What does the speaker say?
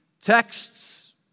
texts